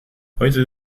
heute